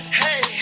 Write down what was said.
hey